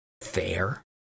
fair